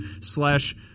slash